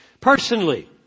personally